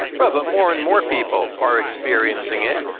well, but more and more people are experiencing it.